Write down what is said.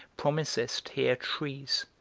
promisest here trees,